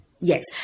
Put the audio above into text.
Yes